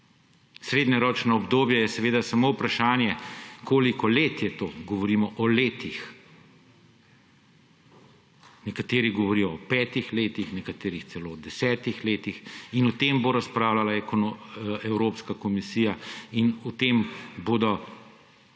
Srednjeročno obdobje je seveda samo vprašanje, koliko let je to. Govorimo o letih. Nekateri govorijo o petih letih, nekateri celo o desetih letih, in o tem bo razpravljala Evropska komisija in o tem bo